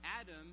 Adam